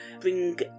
bring